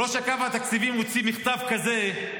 ראש אגף תקציבים הוציא מכתב כזה,